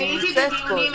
היא נמצאת פה,